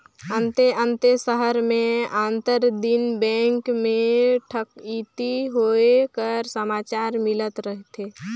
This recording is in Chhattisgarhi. अन्ते अन्ते सहर में आंतर दिन बेंक में ठकइती होए कर समाचार मिलत रहथे